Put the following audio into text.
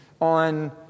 on